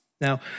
Now